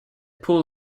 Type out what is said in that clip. pool